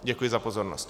Děkuji za pozornost.